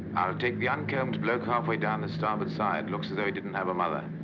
take the uncombed bloke halfway down the starboard side. looks as though he didn't have a mother.